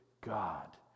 God